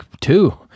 two